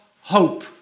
hope